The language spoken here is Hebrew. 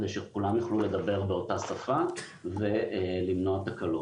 כדי שכולם יוכלו לדבר באותה השפה ולמנוע תקלות.